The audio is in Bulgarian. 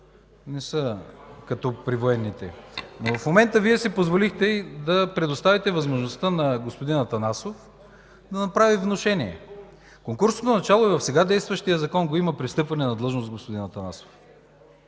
не са като при военните. В момента Вие си позволихте да предоставите възможността на господин Атанасов да направи внушение. Конкурсното начало го има и в сега действащия Закон – при встъпване в длъжност, господин Атанасов.